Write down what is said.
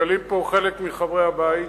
שמגלים פה חלק מחברי הבית,